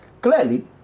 clearly